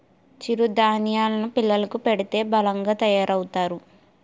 చిరు ధాన్యేలు ను పిల్లలకు పెడితే బలంగా తయారవుతారు